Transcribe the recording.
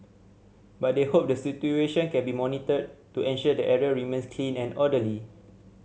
but they hope the situation can be monitored to ensure the area remains clean and orderly